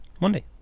Monday